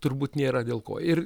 turbūt nėra dėl ko ir